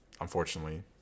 unfortunately